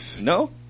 No